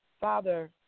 Father